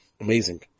Amazing